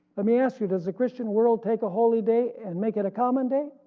let me ask you, does the christian world take a holy day and make it a common day?